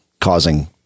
causing